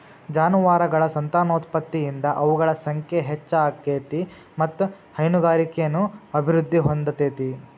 ಜಾನುವಾರಗಳ ಸಂತಾನೋತ್ಪತ್ತಿಯಿಂದ ಅವುಗಳ ಸಂಖ್ಯೆ ಹೆಚ್ಚ ಆಗ್ತೇತಿ ಮತ್ತ್ ಹೈನುಗಾರಿಕೆನು ಅಭಿವೃದ್ಧಿ ಹೊಂದತೇತಿ